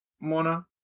Mona